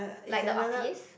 like the office